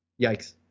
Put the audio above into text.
Yikes